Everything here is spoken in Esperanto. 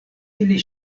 ili